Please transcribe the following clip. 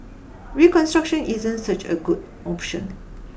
reconstruction isn't such a good option